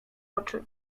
oczy